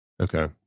Okay